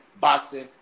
boxing